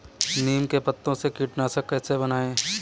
नीम के पत्तों से कीटनाशक कैसे बनाएँ?